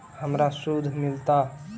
हमरा शुद्ध मिलता?